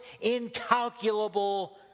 incalculable